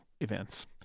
events